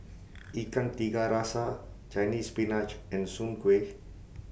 Ikan Tiga Rasa Chinese Spinach and Soon Kueh